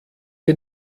die